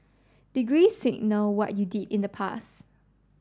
degrees signal what you did in the pass